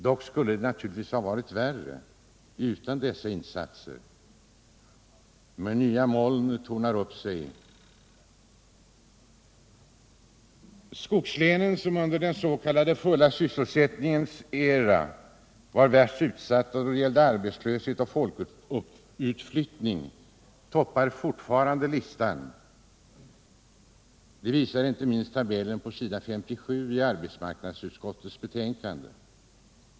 Dock skulle det ha varit ännu värre utan dessa insatser. Men nya mörka moln tornar upp sig. Skogslänen som under den s.k. fulla sysselsättningens era var värst utsatta då det gällde arbetslöshet och folkutflyttning toppar fortfarande listan — det visar tabellen på s. 57 i arbetsmarknadsutskottets betänkande.